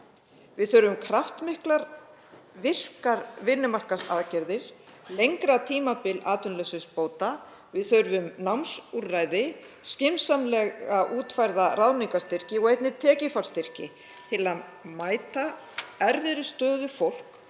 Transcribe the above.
Við þurfum kraftmiklar virkar vinnumarkaðsaðgerðir, lengra tímabil atvinnuleysisbóta, við þurfum námsúrræði, skynsamlega útfærða ráðningarstyrki (Forseti hringir.) og einnig tekjufallsstyrki til að mæta erfiðri stöðu fólks